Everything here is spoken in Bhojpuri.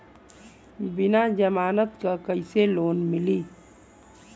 बिना जमानत क कइसे लोन मिली?